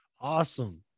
Awesome